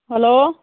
hello